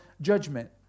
judgment